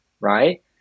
right